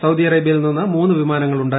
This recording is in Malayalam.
സൌദി അറേബ്യയിൽ നിന്ന് മൂന്ന് വിമാനങ്ങളുണ്ട്